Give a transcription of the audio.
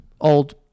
old